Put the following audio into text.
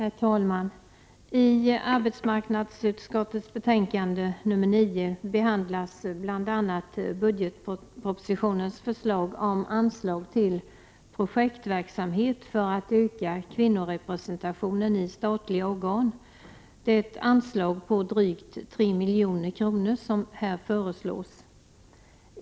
Herr talman! I arbetsmarknadsutskottets betänkande nr 9 behandlas bl.a. budgetpropositionens förslag om anslag till projektverksamhet för att öka kvinnorepresentationen i statliga organ. Det är ett anslag på drygt 3 milj.kr. som här föreslås.